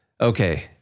Okay